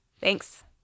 Thanks